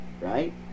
right